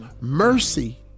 Mercy